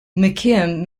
mckim